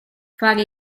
fare